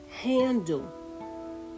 handle